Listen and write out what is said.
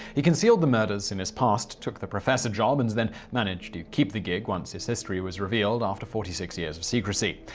he concealed the murders in his past, took the professor job, and then managed to keep the gig once his history was revealed after forty six years of secrecy.